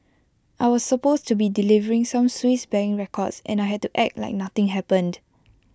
I was supposed to be delivering some Swiss bank records and I had to act like nothing happened